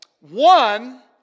One